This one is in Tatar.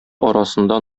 арасында